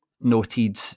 noted